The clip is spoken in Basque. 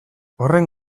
horren